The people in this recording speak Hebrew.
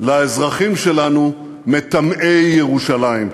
לאזרחים שלנו, מטמאי ירושלים.